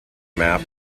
map